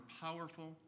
powerful